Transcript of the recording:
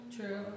True